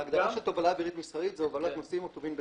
ההגדרה של "תובלה אווירית מסחרית" זה הובלת נוסעים או טובין בתמורה.